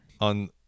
on